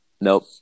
nope